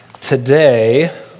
today